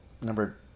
number